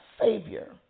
savior